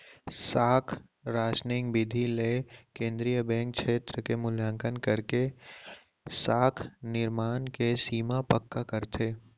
साख रासनिंग बिधि ले केंद्रीय बेंक छेत्र के मुल्याकंन करके साख निरमान के सीमा पक्का करथे